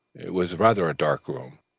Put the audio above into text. it was rather a dark room,